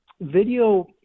Video